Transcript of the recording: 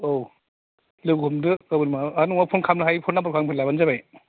औ लोगो हमदो गाबोन आर नङाबा फन खालामनो हायो फन नाम्बारखौ आंनिफ्राय लाबानो जाबाय